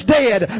dead